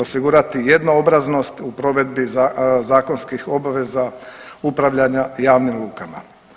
Osigurati jednoobraznost u provedbi zakonskih obaveza upravljanja javnim lukama.